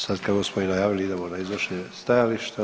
Sad kako smo i najavili idemo na iznošenje stajališta.